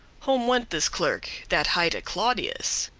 home went this clerk, that highte claudius.